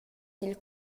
dil